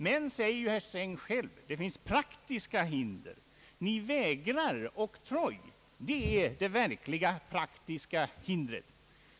Men, säger herr Sträng själv, det finns praktiska hinder. Regeringen vägrar oktroj. Det är det verkliga praktiska hindret.